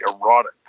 erotic